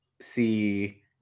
see